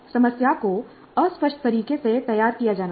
समस्या को अस्पष्ट तरीके से तैयार किया जाना चाहिए